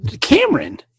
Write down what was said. Cameron